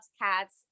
cats